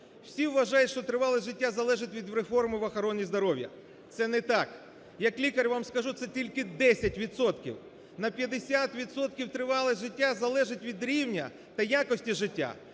Усі вважають, що тривалість життя залежить від реформи в охороні здоров'я. Це не так, як лікар вам скажу, це тільки десять відсотків, на 50 відсотків тривалість життя залежить від рівня та якості життя,